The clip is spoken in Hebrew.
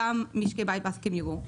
רואים, גם משקי הבית יראו.